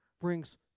brings